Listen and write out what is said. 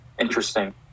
interesting